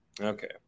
Okay